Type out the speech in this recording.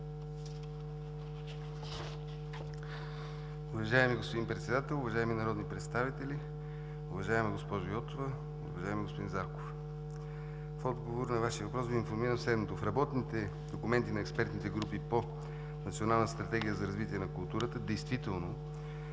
Уважаеми господин Председател, уважаеми народни представители! Уважаема госпожо Йотова, уважаеми господин Зарков, в отговор на Вашия въпрос Ви информирам следното. В работните документи на експертните групи по Национална стратегия за развитие на културата действително